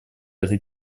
этой